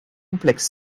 complexe